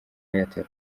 airtel